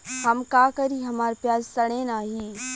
हम का करी हमार प्याज सड़ें नाही?